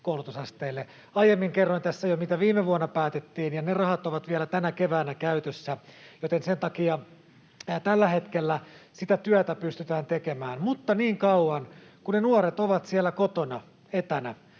tukea. Aiemmin kerroin tässä jo, mitä viime vuonna päätettiin, ja ne rahat ovat vielä tänä keväänä käytössä, joten sen takia tällä hetkellä sitä työtä pystytään tekemään. Mutta niin kauan kuin ne nuoret ovat siellä kotona etänä,